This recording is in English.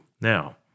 Now